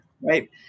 Right